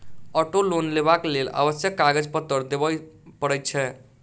auto loan लेबाक लेल आवश्यक कागज पत्तर देबअ पड़ैत छै